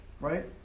right